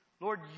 Lord